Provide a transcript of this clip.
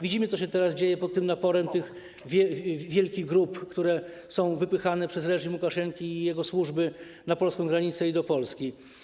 Widzimy, co się teraz dzieje pod naporem tych wielkich grup, które są wypychane przez reżim Łukaszenki i jego służby na polską granicę i do Polski.